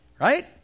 Right